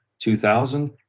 2000